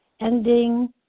ending